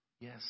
Yes